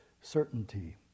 certainty